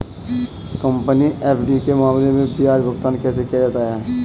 Company FD के मामले में ब्याज भुगतान कैसे किया जाता है?